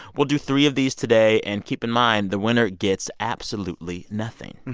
we'll do three of these today. and keep in mind, the winner gets absolutely nothing.